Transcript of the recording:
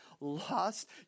lost